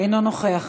אינו נוכח.